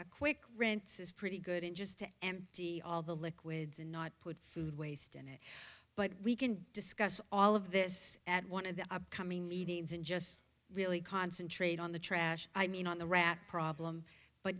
a quick rinse is pretty good and just to empty all the liquids and not put food waste in it but we can discuss all of this at one of the upcoming meetings and just really concentrate on the trash i mean on the rat problem but